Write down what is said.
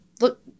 Look